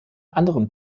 anderen